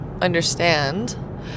understand